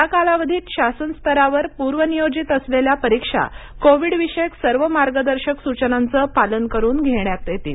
या कालावधीत शासनस्तरावर पूर्वनियोजित असलेल्या परीक्षा कोविड विषयक सर्व मार्गदर्शक सुचनांचे पालन करुन घेता येतील